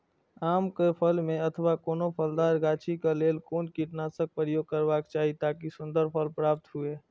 आम क फल में अथवा कोनो फलदार गाछि क लेल कोन कीटनाशक प्रयोग करबाक चाही ताकि सुन्दर फल प्राप्त हुऐ?